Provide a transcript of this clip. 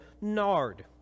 nard